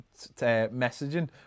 messaging